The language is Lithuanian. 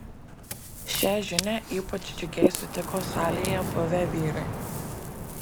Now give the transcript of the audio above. šią žinią ypač džiugiai sutiko salėje buvę vyrai